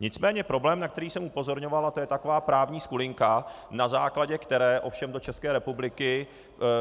Nicméně problém, na který jsem upozorňoval, a to je taková právní skulinka, na základě které ovšem do České republiky